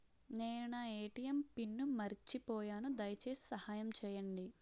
నేను నా ATM pin మర్చిపోయాను, దయచేసి సహాయం చేయండి